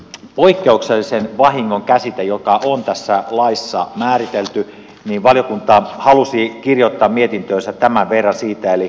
poikkeuksellisen vahingon käsitteestä joka on tässä laissa määritelty valiokunta halusi kirjoittaa mietintöönsä tämän verran